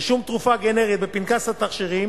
רישום תרופה גנרית בפנקס התכשירים